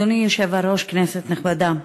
אדוני היושב-ראש, כנסת נכבדה,